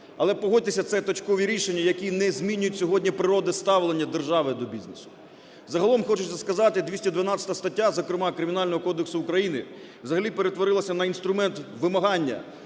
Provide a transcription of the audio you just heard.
Але погодьтеся це точкові рішення, які не змінюють сьогодні природи ставлення держави до бізнесу. Загалом хочеться сказати 212 стаття, зокрема, Кримінального кодексу України взагалі перетворилася на інструмент вимагання